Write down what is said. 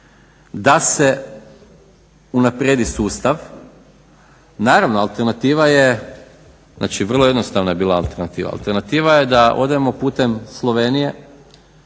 da se unaprijedi sustav. Naravno alternativa je, znači vrlo jednostavna je bila alternativa, alternativa je da odemo putem Slovenije